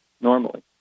normally